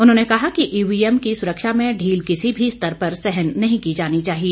उन्होंने कहा कि ईवीएम की सुरक्षा में ढील किसी भी स्तर पर सहन नहीं की जानी चाहिए